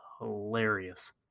Hilarious